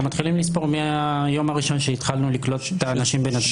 אנחנו מתחילים לספור מהיום הראשון שהתחלנו לקלוט את האנשים בנתב"ג.